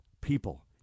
people